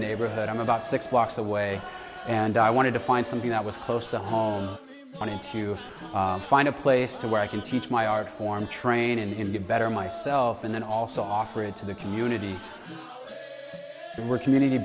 neighborhood i'm about six blocks away and i wanted to find something that was close to home and you find a place to where i can teach my art form training him get better myself and then also offer it to the community were community